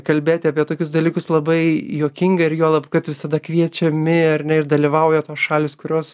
kalbėti apie tokius dalykus labai juokinga ir juolab kad visada kviečiami ar ne ir dalyvauja tos šalys kurios